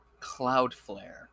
Cloudflare